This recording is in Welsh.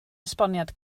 esboniad